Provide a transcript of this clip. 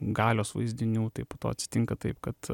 galios vaizdinių taip atsitinka taip kad